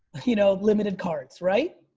you know limited cards. right?